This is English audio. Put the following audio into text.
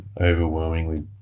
overwhelmingly